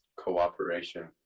Cooperation